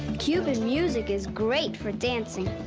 cuban music is great for dancing.